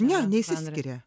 ne neišsiskiria